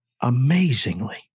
amazingly